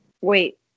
Wait